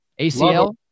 ACL